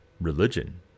religion